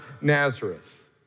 Nazareth